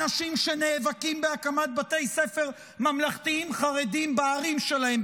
אנשים שנאבקים בהקמת בתי ספר ממלכתיים חרדיים בערים שלהם,